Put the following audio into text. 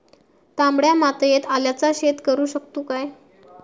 तामड्या मातयेत आल्याचा शेत करु शकतू काय?